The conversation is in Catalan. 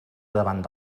davant